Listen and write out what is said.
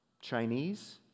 Chinese